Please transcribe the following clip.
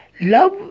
Love